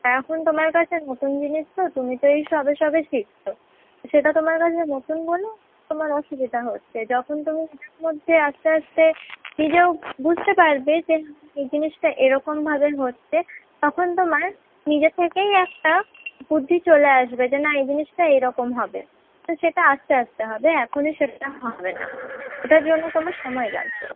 এখন তোমার কাছে নতুন জিনিস তো তুমি তো এই সবে সবে শিখছ সেটা তোমার কাছে নতুন বলে তোমরা অসুবিধা হচ্ছে যখন তুমি নিজের মধ্যে আস্তে আস্তে নিজেও বুঝতে পারবে যে এই জিনিসটা এইরকমভাবে হচ্ছে তখন তোমার নিজে থেকেই একটা বুদ্ধি চলে আসবে যে না এই জিনিসটা এইরকম হবে তো সেটা আস্তে আস্তে হবে এখনই সেটা হবে না ওটার জন্য তোমার সময় লাগবে